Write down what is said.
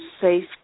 safe